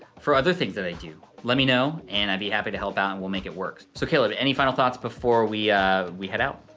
for other things that i do? let me know, and i'd be happy to help out and we'll make it work. so, caleb, any final thoughts before we we head out?